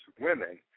women